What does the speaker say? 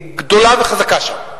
גדולה וחזקה שם.